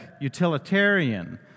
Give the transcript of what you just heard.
utilitarian